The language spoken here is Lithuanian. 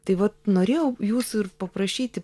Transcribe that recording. tai vat norėjau jūsų ir paprašyti